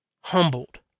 humbled